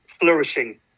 flourishing